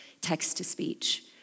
text-to-speech